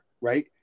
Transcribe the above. right